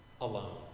alone